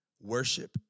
worship